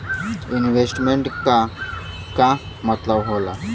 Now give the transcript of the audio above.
Investment क का मतलब हो ला?